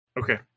Okay